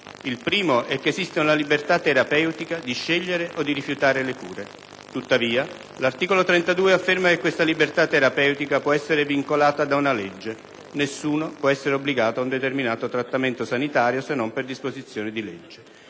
Il primo è che esiste una libertà terapeutica di scegliere o di rifiutare le cure. Tuttavia, l'articolo 32 afferma che questa libertà terapeutica può essere vincolata da una legge: "Nessuno può essere obbligato ad un determinato trattamento sanitario se non per disposizione di legge".